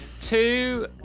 Two